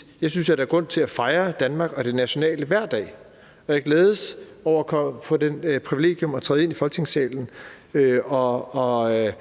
for jeg synes, at der er grund til at fejre Danmark og det nationale hver dag, og jeg glædes over at få det privilegium at træde ind i Folketingssalen og